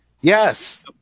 Yes